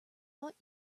thought